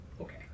okay